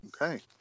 Okay